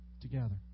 together